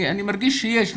אני מרגיש שיש נכונות.